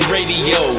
Radio